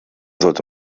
sollte